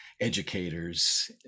educators